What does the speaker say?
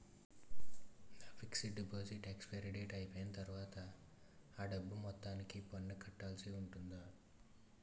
నా fixed deposit expiry date అయిపోయిన తర్వాత అ డబ్బు మొత్తానికి పన్ను కట్టాల్సి ఉంటుందా?